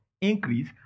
Increase